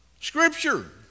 Scripture